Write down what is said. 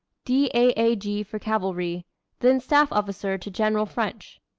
d. a. a. g. for cavalry then staff officer to general french.